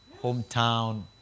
hometown